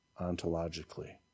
ontologically